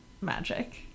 magic